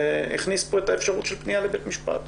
שהכניס פה את האפשרות של פנייה לבית משפט.